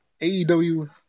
AEW